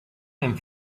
and